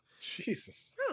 Jesus